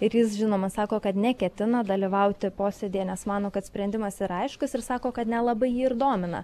ir jis žinoma sako kad neketina dalyvauti posėdyje nes mano kad sprendimas yra aiškus ir sako kad nelabai jį ir domina